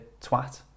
twat